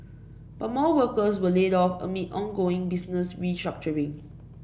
but more workers were laid off amid ongoing business restructuring